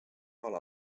ala